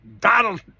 Donald